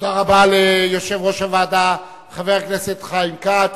תודה רבה ליושב-ראש הוועדה, חבר הכנסת חיים כץ.